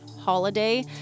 holiday